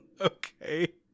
Okay